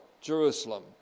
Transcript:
Jerusalem